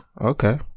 Okay